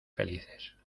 felices